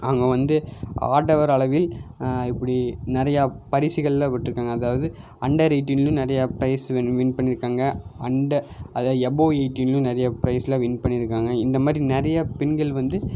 அவங்க வந்து ஆடவர் அளவில் இப்படி நிறையா பரிசுகள்லாம் பெற்றுக்காங்க அதாவது அண்டர் எயிட்டினலேயும் நிறையா பிரைஸ் வின் வின் பண்ணிருக்காங்க அந்த அதாவது எபோ எயிட்டின்லேயும் நிறையா பிரைஸ்லாம் வின் பண்ணிருக்காங்க இந்த மாதிரி நிறையா பெண்கள் வந்து